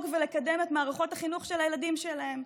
ולקדם את מערכות החינוך של הילדים שלהם,